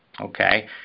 okay